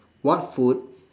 what food